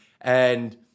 and-